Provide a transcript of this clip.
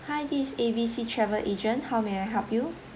hi this is A B C travel agent how may I help you